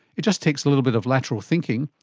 it just takes a little bit of lateral thinking,